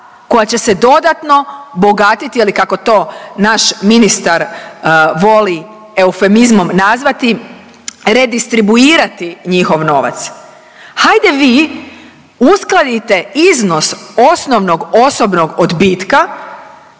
koja će se dodatno bogatiti ili kako to naš ministar voli eufemizmom nazvati redistribuirati njihov novac. Hajde vi uskladite iznos osnovnog osobnog odbitka